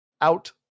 out